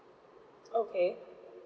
okay